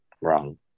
wrong